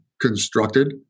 constructed